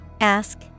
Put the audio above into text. Ask